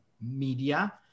media